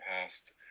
past